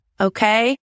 Okay